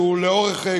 שיש בו יעדים לכל השנים.